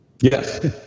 Yes